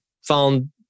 found